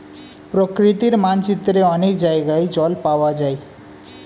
প্রকৃতির মানচিত্রে অনেক জায়গায় জল পাওয়া যায়